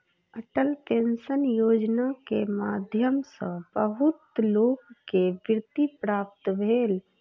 Atal pension Yojana के माध्यम सॅ बहुत लोक के वृत्ति प्राप्त भेल